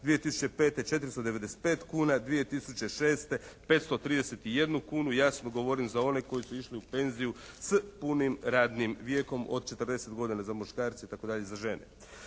2005. 495 kuna. 2006. 531 kunu. Jasno govorim za one koji su išli u penziju s punim radnim vijekom od 40 godina za muškarce i tako dalje, i za žene.